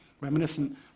Reminiscent